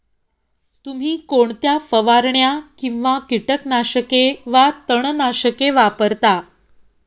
तुम्ही कोणत्या फवारण्या किंवा कीटकनाशके वा तणनाशके वापरता?